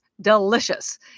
delicious